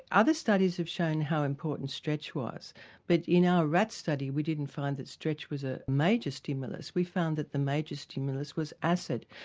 other studies have shown how important stretch was but in our rat study we didn't find that stretch was a major stimulus, we found that the major stimulus was acid.